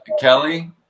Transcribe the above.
Kelly